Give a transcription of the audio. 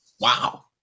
Wow